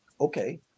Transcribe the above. okay